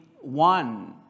one